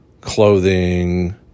clothing